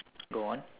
go on